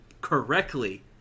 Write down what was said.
correctly